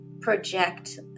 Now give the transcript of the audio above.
project